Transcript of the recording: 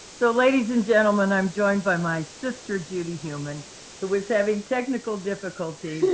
so ladies and gentlemen, i'm joined by my sister judith heumann, who was having technical difficulties,